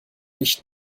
nicht